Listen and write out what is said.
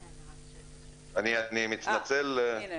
--- אגב,